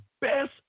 best